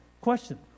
Question